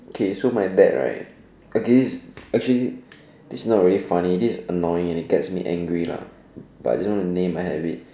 okay so my dad right okay okay this is not very funny this is annoying and it gets me angry lah but I just want to name my habit